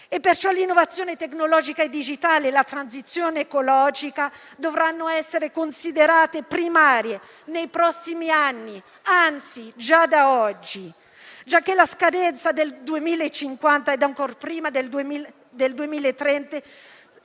Pertanto, l'innovazione tecnologica e digitale e la transizione ecologica dovranno essere considerate primarie nei prossimi anni, anzi, già da oggi, giacché la scadenza del 2050 e, ancor prima, quella